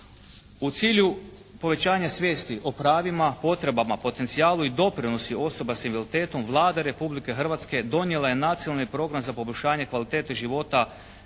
U cilju povećanja svijesti o pravima, potrebama, potencijalu i doprinosu osoba sa invaliditetom Vlada Republike Hrvatske donijela je Nacionalni program za poboljšanje kvalitete života